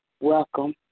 welcome